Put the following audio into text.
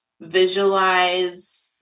visualize